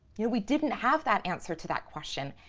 yeah we didn't have that answer to that question.